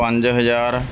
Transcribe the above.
ਪੰਜ ਹਜ਼ਾਰ